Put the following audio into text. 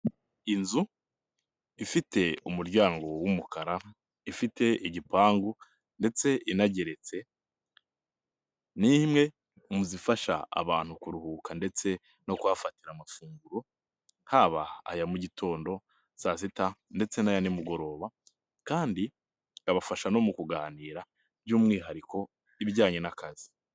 Inzu ifite umuryango w'umukara, ifite igipangu ndetse inageretse, ni imwe mu zifasha abantu kuruhuka, ndetse no kuhafatira amafunguro haba aya mu gitondo, saa sita ndetse n'aya nimugoroba, kandi ikabafasha no mu kuganira by'umwihariko ibijyanye n'akazi.